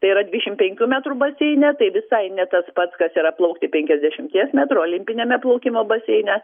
tai yra dvidešim penkių baseine tai visai ne tas pats kas yra plaukti penkiasdešimties metrų olimpiniame plaukimo baseine